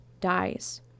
dies